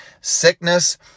sickness